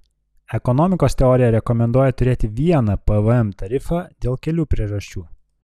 ekonomikos teorija rekomenduoja turėti vieną pvm tarifą dėl kelių priežasčių